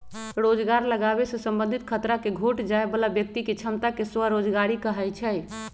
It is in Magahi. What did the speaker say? रोजगार लागाबे से संबंधित खतरा के घोट जाय बला व्यक्ति के क्षमता के स्वरोजगारी कहै छइ